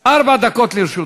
ארבע דקות לרשותך.